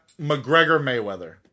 McGregor-Mayweather